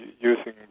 using